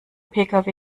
pkw